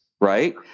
right